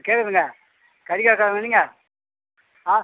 கேட்குதுங்க கறி கடைக்காரரா நீங்கள் ஆ